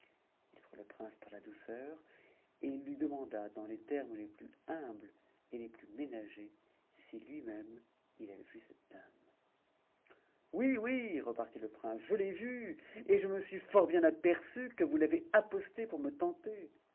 le prince par la douceur et il lui demanda dans les termes les plus humbles et les plus ménagés si lui-même il avait vu cette dame oui oui repartit le prince je l'ai vue et je me suis fort bien aperf que vous l'avez apostée pour me tenter